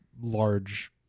large